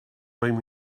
bring